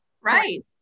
right